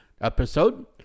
episode